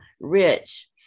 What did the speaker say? rich